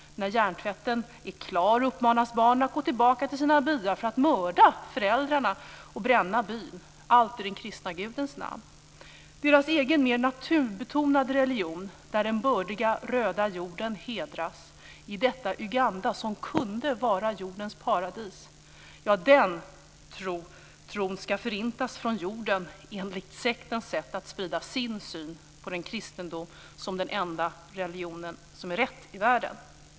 När hjärntvätten är klar uppmanas barnen att gå tillbaka till sina byar för att mörda föräldrarna och bränna byn, allt i den kristna gudens namn. I deras egen mer naturbetonade religion hedras den bördiga röda jorden i detta Uganda som kunde vara jordens paradis. Den tron ska förintas från jorden enligt sektens sätt att sprida sin syn på kristendomen som den enda rätta religionen i världen.